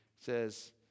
says